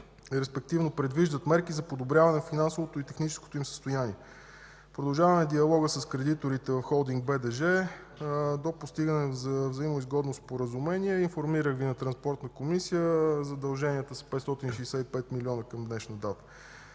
респективно се предвиждат мерки за подобряване на финансовото и техническото им състояние. Продължаваме диалога с кредиторите в Холдинг „БДЖ” до постигане на взаимоизгодно споразумение. Информирах Ви на Транспортна комисия – задълженията са 565 милиона към днешна дата.